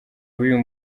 b’uyu